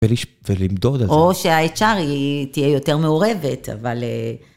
ולמדוד על זה. או שההצ'ארי תהיה יותר מעורבת, אבל...